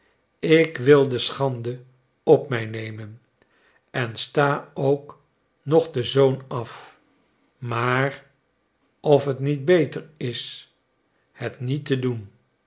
ik wil de schande op mij nemen en sta ook nog den zoon af maar of het niet beter is het niet te doen